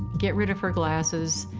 get rid of her glasses,